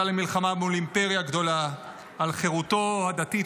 למלחמה מול אימפריה גדולה על חירותו הדתית